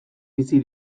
bizi